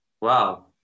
Wow